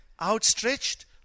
outstretched